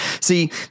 see